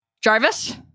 Jarvis